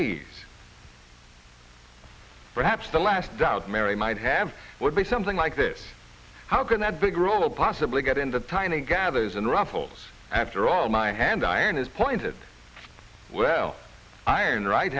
ease perhaps the last doubt mary might have would be something like this how can that big ruler possibly get into tiny gathers and ruffles after all my hand iron is pointed well iron right